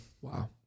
Wow